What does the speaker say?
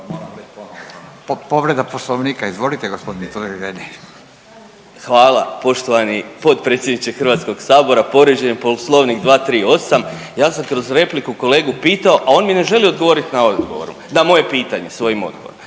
Povreda poslovnika izvolite g. Totgergeli. **Totgergeli, Miro (HDZ)** Hvala poštovani potpredsjedniče HS-a. Povrijeđen je poslovnik 238. ja sam kroz repliku kolegu pitao, a on mi ne želi odgovoriti na moje pitanje svojim odgovorom